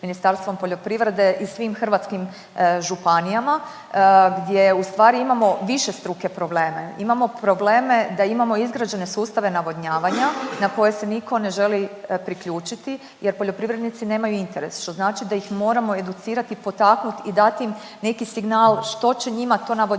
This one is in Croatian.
Ministarstvom poljoprivrede i svim hrvatskim županijama gdje u stvari imamo višestruke probleme. Imamo probleme da imamo izgrađene sustave navodnjavanja na koje se nitko ne želi priključiti, jer poljoprivrednici nemaju interes, što znači da ih moramo educirati i potaknuti i dati im neki signal što će njima to navodnjavanje